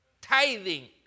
tithing